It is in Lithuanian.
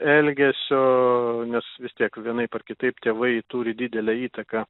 elgesio nes vis tiek vienaip ar kitaip tėvai turi didelę įtaką